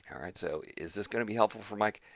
all right so, is this going to be helpful for mike,